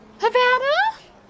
Havana